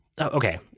okay